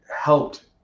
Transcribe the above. helped